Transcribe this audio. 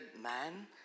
man